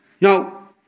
Now